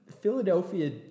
Philadelphia